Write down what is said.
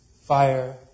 fire